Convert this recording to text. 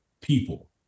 people